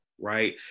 right